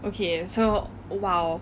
okay so !wow!